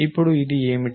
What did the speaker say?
ఇప్పుడు ఇది ఏమిటి